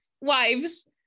wives